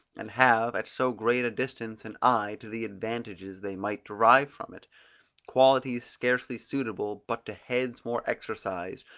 and have, at so great a distance, an eye to the advantages they might derive from it qualities scarcely suitable but to heads more exercised,